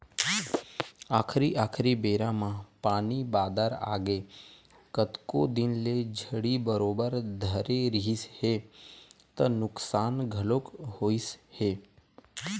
आखरी आखरी बेरा म पानी बादर आगे कतको दिन ले झड़ी बरोबर धरे रिहिस हे त नुकसान घलोक होइस हे